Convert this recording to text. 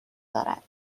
دارد